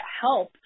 help